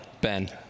Ben